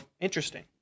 interesting